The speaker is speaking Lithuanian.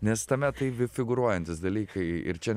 nes tame tai figūruojantys dalykai ir čia